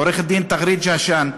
עורך-דין תגריד ג'השאן,